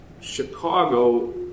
Chicago